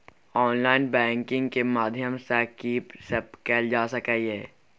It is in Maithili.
ऑनलाइन बैंकिंग के माध्यम सं की सब कैल जा सके ये?